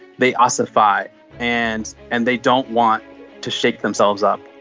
they ossify and and they don't want to shake themselves up.